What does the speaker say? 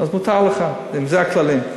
אז מותר לך, אם זה הכללים.